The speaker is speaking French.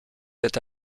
cet